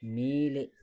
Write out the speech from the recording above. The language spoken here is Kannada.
ಮೇಲೆ